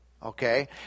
Okay